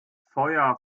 feuer